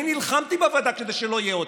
אני נלחמתי בוועדה כדי שלא יהיה עוצר.